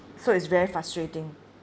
so it's very frustrating